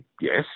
Yes